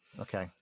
Okay